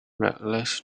reckless